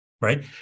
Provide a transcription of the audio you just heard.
right